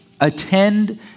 attend